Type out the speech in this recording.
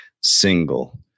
single